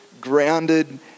grounded